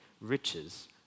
riches